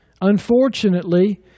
Unfortunately